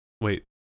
Wait